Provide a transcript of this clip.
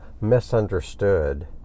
misunderstood